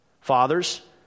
Fathers